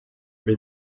mbe